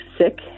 sick